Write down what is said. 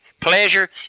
pleasure